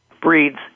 breeds